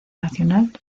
nacional